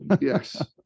yes